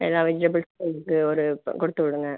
எல்லா வெஜிடபிள்ஸ் வந்து ஒரு கொடுத்து விடுங்கள்